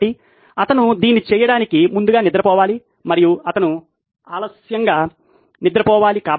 కాబట్టి అతను దీన్ని చేయటానికి ముందుగా నిద్రపోవాలి మరియు అతను ఆలస్యంగా నిద్రపోవాలి